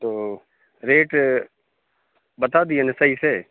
تو ریٹ بتا دیے نا صحیح سے